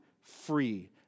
free